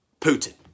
Putin